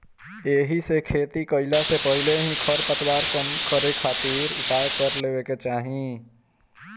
एहिसे खेती कईला से पहिले ही खरपतवार कम करे खातिर उपाय कर लेवे के चाही